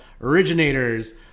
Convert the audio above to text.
originators